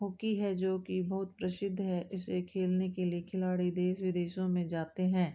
hockey है जो कि बहुत प्रसिद्ध है इसे खेलने के लिए खिलाड़ी देश विदेशों में जाते हैं